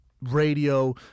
radio